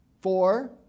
four